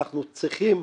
אנחנו צריכים